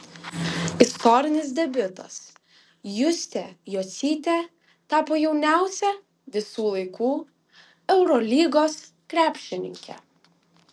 istorinis debiutas justė jocytė tapo jauniausia visų laikų eurolygos krepšininke